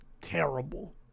terrible